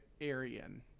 Aryan